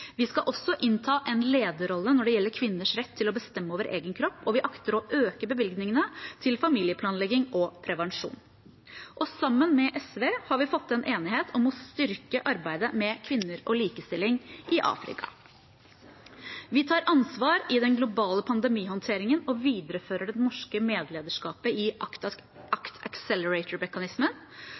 Vi skal også innta en lederrolle når det gjelder kvinners rett til å bestemme over egen kropp, og vi akter å øke bevilgningene til familieplanlegging og prevensjon. Sammen med SV har vi fått til en enighet om å styrke arbeidet med kvinner og likestilling i Afrika. Vi tar ansvar i den globale pandemihåndteringen og viderefører det norske medlederskapet i